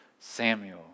Samuel